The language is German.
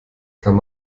kann